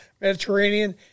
Mediterranean